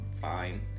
fine